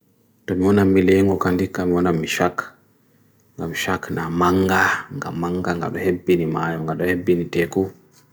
dun mwana mwena mwena mwena mwena mwishaak nga mwishaak na mangaa nga mangaa nga rhaempi ni maaya nga rhaempi ni teku